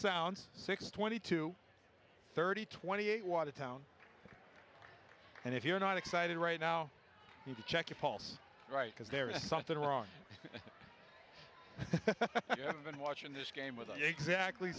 sounds six twenty two thirty twenty eight watertown and if you're not excited right now you can check your pulse right because there is something wrong when watching this game with the exactly